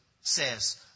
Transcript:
says